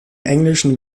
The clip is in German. englischen